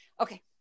okay